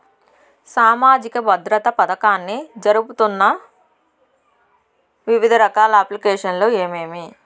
సామాజిక భద్రత పథకాన్ని జరుపుతున్న వివిధ రకాల అప్లికేషన్లు ఏమేమి?